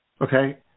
okay